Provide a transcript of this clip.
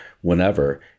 whenever